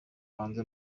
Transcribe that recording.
hanze